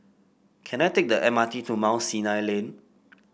can I take the M R T to Mount Sinai Lane